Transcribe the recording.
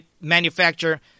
manufacture